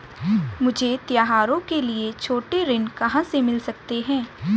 मुझे त्योहारों के लिए छोटे ऋण कहां से मिल सकते हैं?